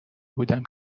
بودم